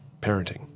parenting